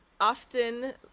Often